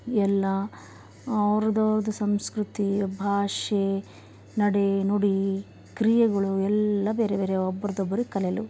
ಎಲ್ಲ ಅವ್ರ್ದು ಅವ್ರ್ದು ಸಂಸ್ಕೃತಿ ಭಾಷೆ ನಡೆ ನುಡಿ ಕ್ರಿಯೆಗಳು ಎಲ್ಲ ಬೇರೆ ಬೇರೆ ಒಬುರ್ದ್ ಒಬ್ಬರು ಕಲೆಲು